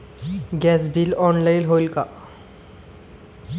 Gas bill online होईल का?